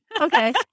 Okay